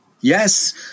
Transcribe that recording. Yes